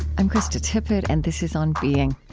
i'm krista tippett, and this is on being.